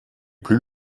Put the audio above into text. plus